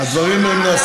למה, הדברים נעשים.